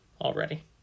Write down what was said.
already